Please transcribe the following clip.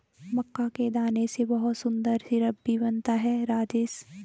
मक्का के दाने से बहुत सुंदर सिरप भी बनता है राजेश